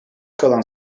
kalan